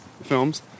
films